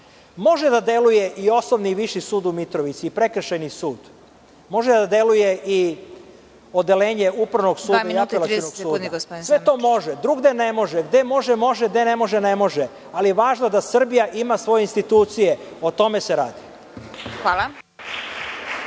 Može da deluje i Osnovni i Viši sud u Mitrovici i Prekršajni sud. Može da deluje i Odeljenje Upravnog suda i Apelacionog suda, sve to može, drugde ne može. Gde može – može, gde ne može – ne može, ali je važno da Srbija ima svoje institucije. O tome se radi.